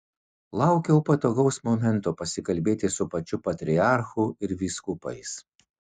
laukiau patogaus momento pasikalbėti su pačiu patriarchu ir vyskupais